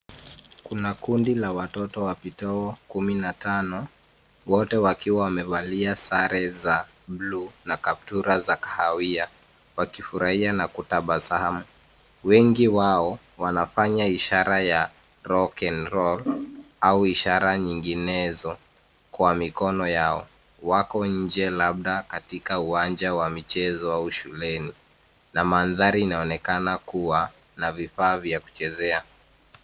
Kuna kundi la watoto wapitao kumi na tano, wote wakiwa wamevalia sare za buluu na kaptula za kahawia wakifurahia na kutabasamu. Wengi wao wanafanya ishara ya rock and roll au ishara nyinginezo kwa mikono yao. Wako nje labda katika uwanja wa michezo au shuleni na mandhari inaonekana kuwa na vifaa vya kuchezea.